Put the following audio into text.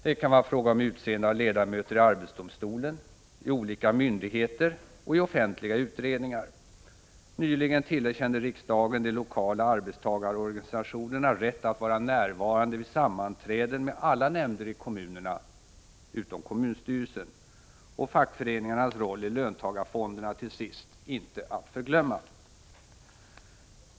Det kan vara fråga om utseende av ledamöter i arbetsdomstolen, i olika myndigheter och i offentliga utredningar. Nyligen tillerkände riksdagen de lokala arbetstagarorganisationerna rätt att vara närvarande vid sammanträden med alla nämnder i kommunerna utom kommunstyrelsen. Till sist är fackföreningarnas roll i löntagarfonderna inte att förglömma.